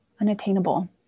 unattainable